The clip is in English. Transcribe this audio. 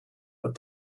but